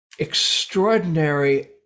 extraordinary